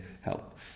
help